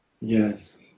yes